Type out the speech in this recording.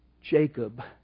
Jacob